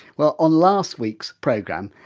well on last weeks' programme,